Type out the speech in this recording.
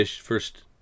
first